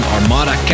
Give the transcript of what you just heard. Armada